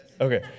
Okay